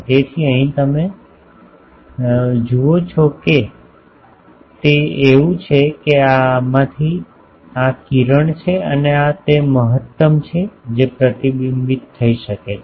તેથી અહીં તમે જુઓ છો કે તે એવું છે કે આ આમાંથી આ કિરણ છે અને આ તે મહત્તમ છે જે પ્રતિબિંબિત થઈ શકે છે